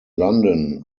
london